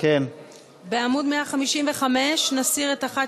בעמוד 155 נסיר את 1,